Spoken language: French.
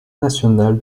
national